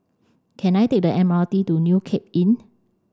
can I take the M R T to New Cape Inn